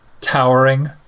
towering